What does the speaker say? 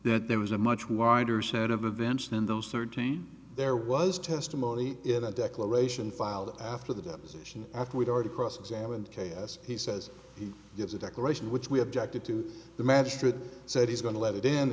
that there was a much wider set of events than those thirteen there was testimony in a declaration filed after the deposition after we'd already cross examined k s he says he gives a declaration which we objected to the magistrate said he's going to let it